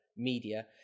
media